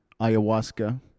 ayahuasca